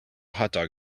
hotdog